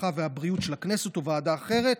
הרווחה והבריאות של הכנסת או ועדה אחרת,